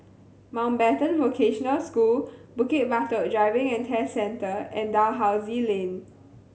Mountbatten Vocational School Bukit Batok Driving and Test Centre and Dalhousie Lane